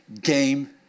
game